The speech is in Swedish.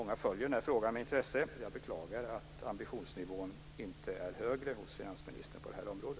Många följer frågan med intresse. Jag beklagar att ambitionsnivån inte är högre hos finansministern på detta område.